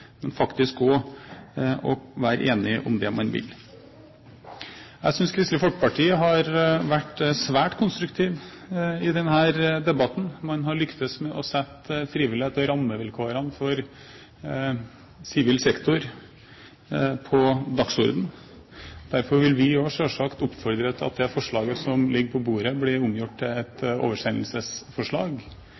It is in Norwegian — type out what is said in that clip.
men faktisk også om å være enige om det man vil. Jeg synes Kristelig Folkeparti har vært svært konstruktivt i denne debatten. Man har lyktes med å sette frivillighet og rammevilkår for sivil sektor på dagsordenen. Derfor vil vi også selvsagt oppfordre til at det forslaget som ligger på bordet, blir omgjort til et oversendelsesforslag,